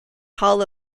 hall